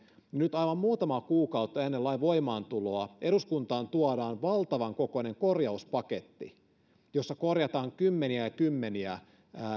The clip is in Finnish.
nyt aivan muutamaa kuukautta ennen lain voimaantuloa eduskuntaan tuodaan valtavan kokoinen korjauspaketti jossa korjataan kymmeniä ja kymmeniä